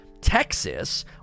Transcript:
Texas